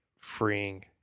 freeing